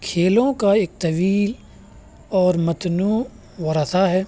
کھیلوں کا طویل اور متنوع ورثہ ہے